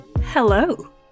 hello